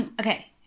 Okay